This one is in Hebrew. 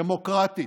דמוקרטית,